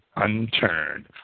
unturned